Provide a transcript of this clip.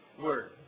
word